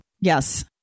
Yes